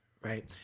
Right